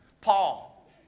Paul